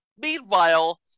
Meanwhile